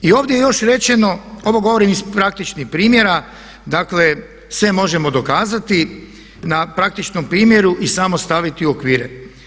I ovdje je još rečeno, ovo govorim iz praktičnih primjera, dakle sve možemo dokazati, na praktičnom primjeru i samo staviti u okvire.